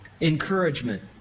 Encouragement